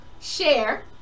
share